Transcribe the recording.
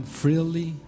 freely